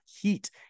heat